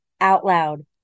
OUTLOUD